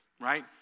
right